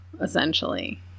essentially